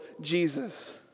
Jesus